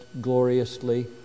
gloriously